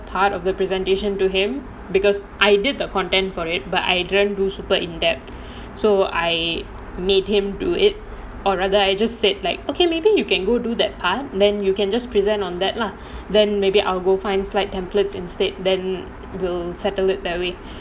part of the presentation to him because I did the content for it but I didn't do super in-depth so I made him do it or rather I just said like okay maybe you can go do that part then you can just present on that lah then maybe I'll go find slide templates instead then we'll settle it that way